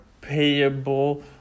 payable